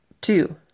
Two